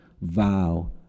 vow